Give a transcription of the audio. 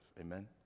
Amen